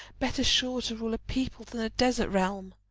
better sure to rule a peopled than a desert realm.